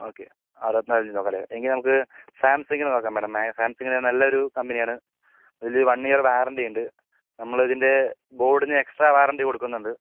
okay അറുപത്തിനാലിഞ്ച് നോക്കാലെ എങ്കിൽ നമുക്ക് സാംസങിൻ്റെ നോക്കാം മേഡം സാംസങ്ങിൻ്റെ നല്ലൊരു കമ്പനിയാണ് ഒരു വൺ ഇയർ വാറണ്ടി ഉണ്ട് നമ്മളിതിൻ്റെ ബോർഡിന് എക്സ്ട്രാ വാറണ്ടി കൊടുക്കുന്നുണ്ട്